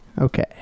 Okay